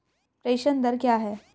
प्रेषण दर क्या है?